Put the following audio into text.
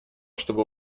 чтобы